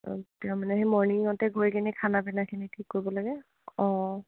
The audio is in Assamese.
অঁ তেওঁ মানে সেই মৰ্ণিঙতে গৈ কিনে খানা পিনাখিনি ঠিক কৰিব লাগে অঁ